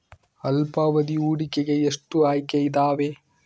ಅಲ್ಪಾವಧಿ ಹೂಡಿಕೆಗೆ ಎಷ್ಟು ಆಯ್ಕೆ ಇದಾವೇ?